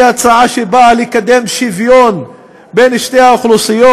היא הצעה שבאה לקדם שוויון בין שתי האוכלוסיות,